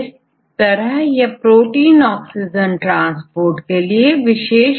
इस तरह यह प्रोटीन ऑक्सीजन ट्रांसपोर्ट के लिए विशेष महत्वपूर्ण है